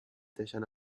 deixant